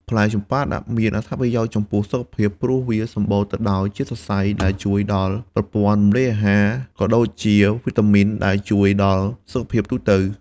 ផ្លែចម្ប៉ាដាក់ មានអត្ថប្រយោជន៍ចំពោះសុខភាព ព្រោះវាសម្បូរទៅដោយជាតិសរសៃ ដែលជួយដល់ប្រព័ន្ធរំលាយអាហារ ក៏ដូចជាវីតាមីនដែលជួយដល់សុខភាពទូទៅ។